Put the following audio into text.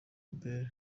bella